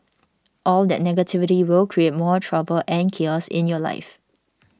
all that negativity will create more trouble and chaos in your life